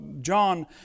John